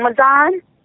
Amazon